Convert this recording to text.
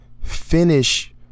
finish